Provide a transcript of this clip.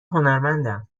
هنرمندم